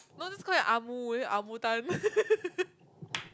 no I just call him Ah-Mu his name is Ah-Mu-Tan